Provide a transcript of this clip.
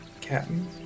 Captain